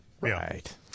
right